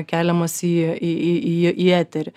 keliamos į į į į į eterį